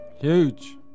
Huge